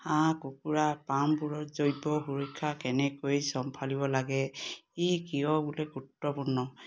হাঁহ কুকুৰা পামবোৰত জৈৱ সুৰক্ষা কেনেকৈ চম্ভালিব লাগে ই কিয় বোলে গুৰুত্বপূৰ্ণ